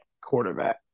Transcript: quarterback